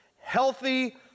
healthy